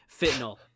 fentanyl